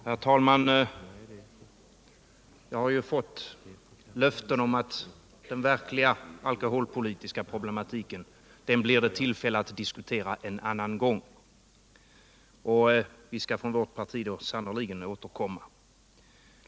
Herr talman! Jag har fått löften om att det en annan gång blir tillfälle att diskutera den verkliga alkoholpolitiska problematiken. Vi skall från vårt parti sannerligen återkomma.